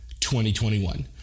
2021